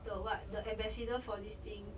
the what the ambassador for this thing